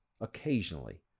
occasionally